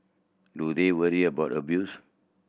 do they worry about abuse